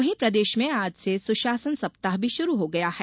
वहीं प्रदेश में आज से सुशासन सप्ताह भी शुरू हो गया है